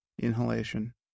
inhalation